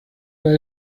las